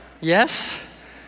Yes